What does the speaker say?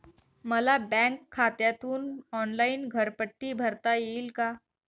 मला बँक खात्यातून ऑनलाइन घरपट्टी भरता येईल का?